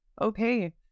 Okay